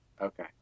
Okay